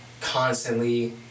constantly